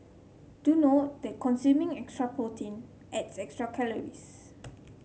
do note that consuming extra protein adds extra calories